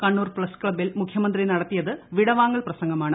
Kannur press ക്ലബ്ബിൽ മുഖ്യമന്ത്രി നടത്തിയത് വിടവാങ്ങൽ പ്രസംഗമാണ്